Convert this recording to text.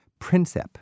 Princip